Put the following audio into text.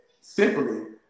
simply